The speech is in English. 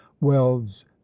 welds